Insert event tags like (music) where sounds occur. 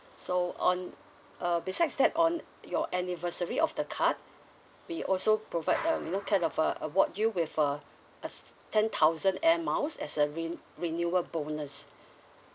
so on uh besides that on your anniversary of the card we also provide (noise) um you know kind of uh award you with a a ten thousand air miles as a re~ renewal bonus